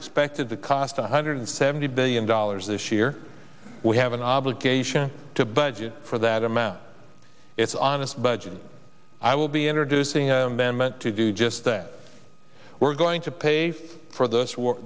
expected to cost one hundred seventy billion dollars this year we have an obligation to budget for that amount it's on its budget i will be introducing them to do just that we're going to pay for this war